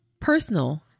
personal